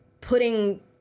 putting